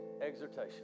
exhortation